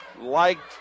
liked